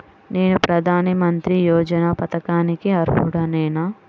నేను ప్రధాని మంత్రి యోజన పథకానికి అర్హుడ నేన?